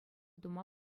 тума